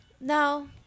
No